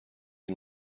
این